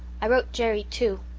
i wrote jerry, too.